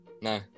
no